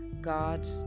God